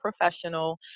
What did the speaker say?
professional